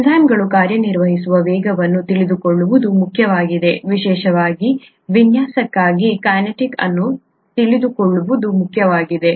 ಎನ್ಝೈಮ್ಗಳು ಕಾರ್ಯನಿರ್ವಹಿಸುವ ವೇಗವನ್ನು ತಿಳಿದುಕೊಳ್ಳುವುದು ಮುಖ್ಯವಾಗಿದೆ ವಿಶೇಷವಾಗಿ ವಿನ್ಯಾಸಕ್ಕಾಗಿ ಕೈನೆಟಿಕ್ ಅನ್ನು ತಿಳಿದುಕೊಳ್ಳುವುದು ಮುಖ್ಯವಾಗಿದೆ